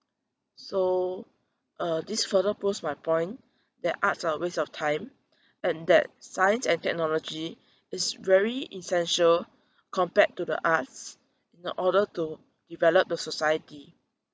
so uh this further proves my point that arts are a waste of time and that science and technology is very essential compared to the arts in order to develop the society